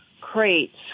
crates